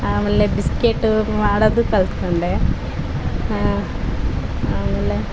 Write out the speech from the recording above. ಆಮೇಲೆ ಬಿಸ್ಕೆಟ್ ಮಾಡೋದು ಕಲಿತ್ಕೊಂಡೆ ಆಮೇಲೆ